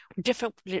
different